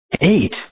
Eight